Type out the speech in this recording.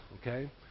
okay